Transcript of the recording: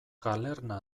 galerna